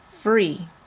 Free